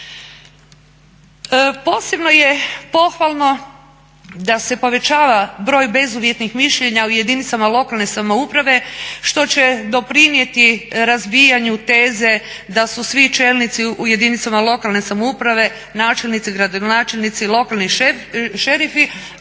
Posebno je pohvalno da se povećava broj bezuvjetnih mišljenja u jedinicama lokalne samouprave što će doprinijeti razbijanju teze da su svi čelnici u jedinicama lokalne samouprave načelnici, gradonačelnici, lokalni šerifi,